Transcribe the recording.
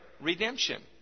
redemption